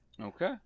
Okay